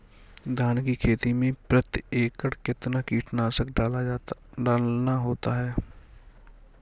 धान की खेती में प्रति एकड़ कितना कीटनाशक डालना होता है?